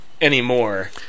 anymore